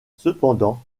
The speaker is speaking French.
cependant